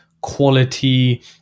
quality